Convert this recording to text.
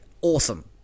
awesome